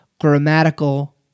grammatical